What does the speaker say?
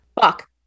Fuck